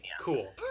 Cool